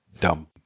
dumb